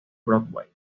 broadway